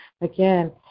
again